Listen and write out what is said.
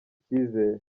icyizere